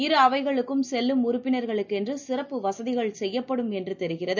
இரு அவைகளுக்கும் செல்லும் உறுப்பினர்களுக்கென்று சிறப்பு வசதிகள் செய்யப்படும் என்று தெரிகிறது